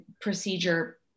procedure